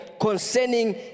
concerning